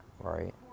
right